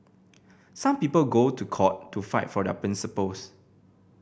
some people go to court to fight for their principles